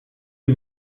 die